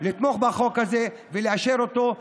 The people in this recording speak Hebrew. לתמוך בחוק הזה ולאשר אותו.